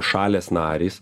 šalės narys